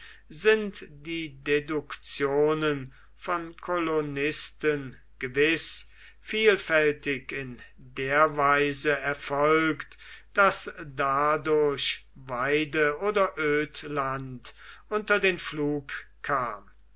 sind die deduktionen von kolonisten gewiß vielfältig in der weise erfolgt daß dadurch weide oder ödland unter den pflug kam